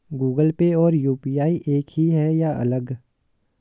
Google Pay और UPI एक ही है या अलग?